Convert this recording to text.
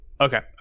Okay